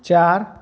चार